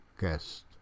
guest